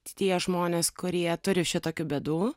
tie žmonės kurie turi šitokių bėdų